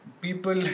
people